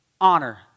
Honor